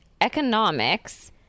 economics